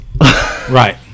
Right